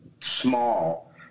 small